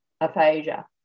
aphasia